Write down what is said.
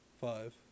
five